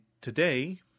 today